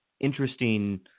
interesting